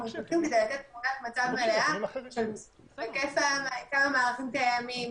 צריכים כדי לתת תמונת מצב מלאה של כמה מערכים קיימים,